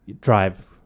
Drive